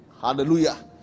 hallelujah